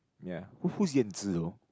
ya who who's Yan Zi though